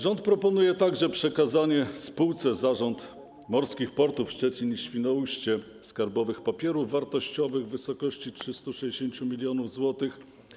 Rząd proponuje także przekazanie spółce Zarząd Morskich Portów Szczecin i Świnoujście skarbowych papierów wartościowych w wysokości 360 mln zł.